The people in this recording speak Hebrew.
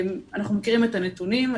אנחנו מכירים את הנתונים,